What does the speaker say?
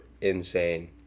insane